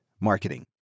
marketing